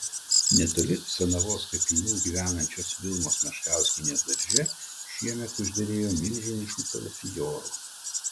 netoli senavos kapinių gyvenančios vilmos meškauskienės darže šiemet užderėjo milžiniškų kalafiorų